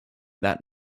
that